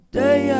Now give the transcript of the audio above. day